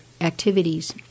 activities